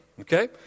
Okay